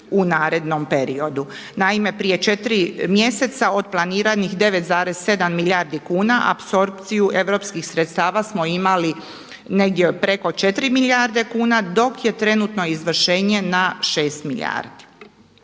u narednom periodu. Naime, prije 4 mjeseca od planiranih 9,7 milijardi kuna apsorpciju europskih sredstava smo imali negdje preko 4 milijarde kuna, dok je trenutno izvršenje na 6 milijardi.